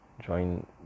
join